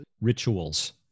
rituals